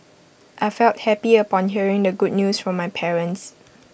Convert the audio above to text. I felt happy upon hearing the good news from my parents